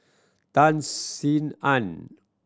Tan Sin Aun